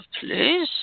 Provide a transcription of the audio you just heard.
please